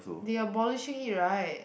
they abolishing it right